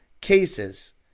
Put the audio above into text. cases